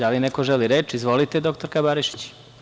Da li neko želi reč? (Da.) Izvolite, dr Barišić.